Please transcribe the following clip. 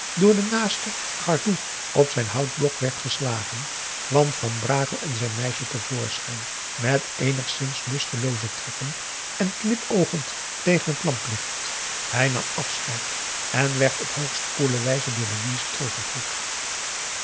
door de naaste gardoe op zijn houtblok werd geslagen kwamen van brakel en zijn meisje te voorschijn met eenigszins lustelooze trekken en knipoogend tegen het lamplicht hij nam afscheid en werd op hoogst koele wijze door